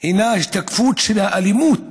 היא השתקפות של האלימות